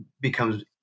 becomes